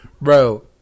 Bro